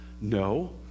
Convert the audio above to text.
No